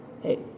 Hey